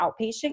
outpatient